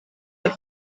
del